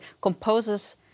composers